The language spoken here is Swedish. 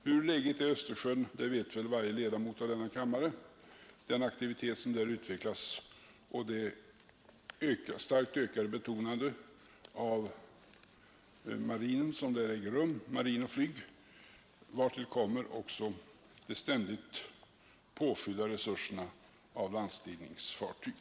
Hur läget är i Östersjön vet väl varje ledamot av denna kammare, den aktivitet som där utvecklas och det starkt ökade betonande av marin och flyg som där äger rum, vartill kommer också de ständigt påfyllda resurserna av landstigningsfartyg.